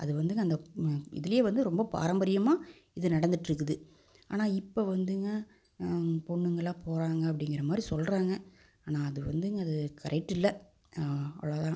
அது வந்துங்க அந்த இதுல வந்து ரொம்ப பாரம்பரியமாக இது நடந்துட்டுருக்குது ஆனால் இப்போ வந்துங்க பொண்ணுங்களாம் போறாங்க அப்படிங்கிற மாதிரி சொல்லுறாங்க ஆனால் அது வந்துங்க அது கரெக்ட் இல்லை அவ்வளோ தான்